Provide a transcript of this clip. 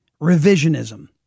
revisionism